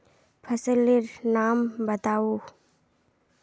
फसल लेर नाम बाताउ?